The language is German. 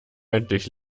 endlich